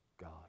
God